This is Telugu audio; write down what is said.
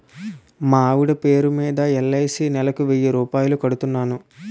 మా ఆవిడ పేరు మీద ఎల్.ఐ.సి నెలకు వెయ్యి రూపాయలు కడుతున్నాను